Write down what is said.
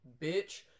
Bitch